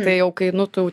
tai jau kai nu tu jau